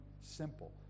simple